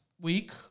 week